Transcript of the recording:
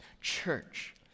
church